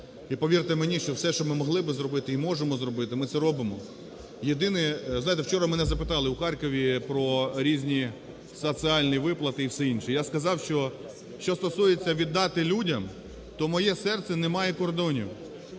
І повірте мені, що все, що ми могли би зробити і можемо зробити, ми це робимо. Єдине. Знаєте, вчора мене запитали у Харкові про різні соціальні виплати і все інше. Я сказав, що що стосується віддати людям, то моє серце не має кордонів.